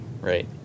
right